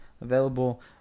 available